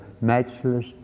matchless